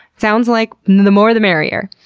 sounds like the more the merrier.